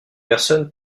personne